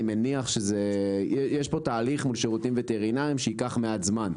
אני מניח שיש פה תהליך מול שירותים וטרינרים שייקח מעט זמן.